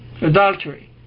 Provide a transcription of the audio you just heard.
Adultery